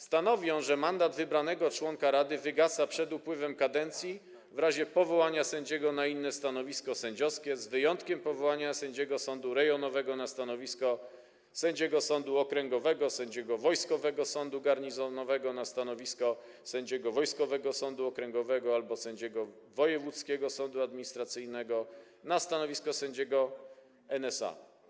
Stanowi on, że mandat wybranego członka rady wygasa przed upływem kadencji w razie powołania sędziego na inne stanowisko sędziowskie, z wyjątkiem powołania sędziego sądu rejonowego na stanowisko sędziego sądu okręgowego, sędziego wojskowego sądu garnizonowego na stanowisko sędziego wojskowego sądu okręgowego albo sędziego wojewódzkiego sądu administracyjnego na stanowisko sędziego NSA.